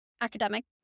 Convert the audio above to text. academic